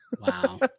wow